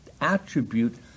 attribute